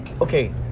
okay